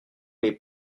les